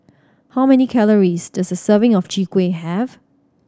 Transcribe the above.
how many calories does a serving of Chwee Kueh have